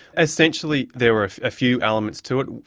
essentially there were a few elements to it.